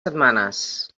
setmanes